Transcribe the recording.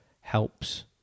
helps